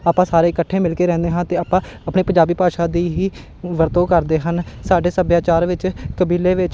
ਆਪਾਂ ਸਾਰੇ ਇਕੱਠੇ ਮਿਲ ਕੇ ਰਹਿੰਦੇ ਹਾਂ ਅਤੇ ਆਪਾਂ ਆਪਣੇ ਪੰਜਾਬੀ ਭਾਸ਼ਾ ਦੀ ਹੀ ਵਰਤੋਂ ਕਰਦੇ ਹਨ ਸਾਡੇ ਸੱਭਿਆਚਾਰ ਵਿੱਚ ਕਬੀਲੇ ਵਿੱਚ